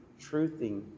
truthing